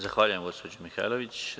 Zahvaljujem gospođo Mihajlović.